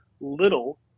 little